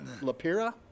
Lapira